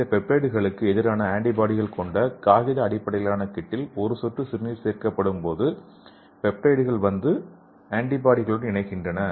இந்த பெப்டைட்களுக்கு எதிரான ஆன்டிபாடிகள் கொண்ட காகித அடிப்படையிலான கிட்டில் ஒரு சொட்டு சிறுநீர் சேர்க்கப்படும் போது பெப்டைடுகள் வந்து ஆன்டிபாடிகளுடன் இணைகின்றன